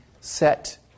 set